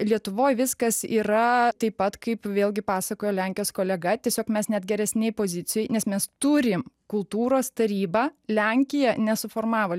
lietuvoj viskas yra taip pat kaip vėlgi pasakojo lenkijos kolega tiesiog mes net geresnėj pozicijoj nes mes turim kultūros tarybą lenkija nesuformavo